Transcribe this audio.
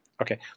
Okay